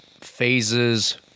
phases